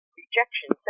rejection